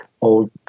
old